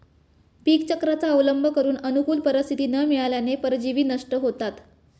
पीकचक्राचा अवलंब करून अनुकूल परिस्थिती न मिळाल्याने परजीवी नष्ट होतात